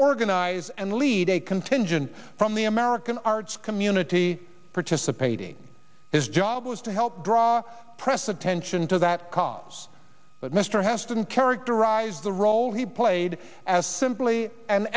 organize and lead a contingent from the american arts community participating his job was to help draw press attention to that cause but mr heston characterized the role he played as simply an